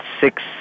six